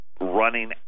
running